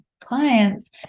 clients